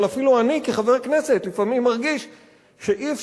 אבל אפילו אני כחבר כנסת לפעמים מרגיש שאי-אפשר.